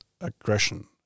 aggression